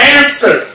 answer